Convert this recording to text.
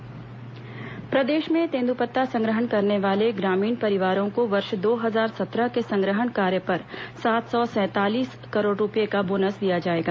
तेंद्पत्ता bonus प्रदेश में तेन्द्रपत्ता संग्रहण करने वाले ग्रामीण परिवारों को वर्ष दो हजार सत्रह के संग्रहण कार्य पर सात सौ सैंतालीस करोड़ रूपए का बोनस दिया जाएगा